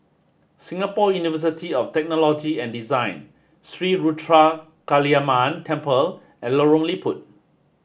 Singapore University of Technology and Design Sri Ruthra Kaliamman Temple and Lorong Liput